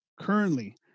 currently